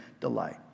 delight